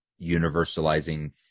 universalizing